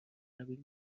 قبیل